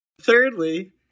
Thirdly